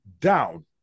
down